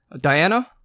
Diana